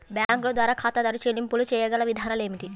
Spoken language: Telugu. బ్యాంకుల ద్వారా ఖాతాదారు చెల్లింపులు చేయగల విధానాలు ఏమిటి?